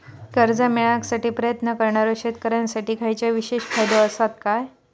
कर्जा मेळाकसाठी प्रयत्न करणारो शेतकऱ्यांसाठी खयच्या विशेष फायदो असात काय?